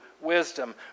wisdom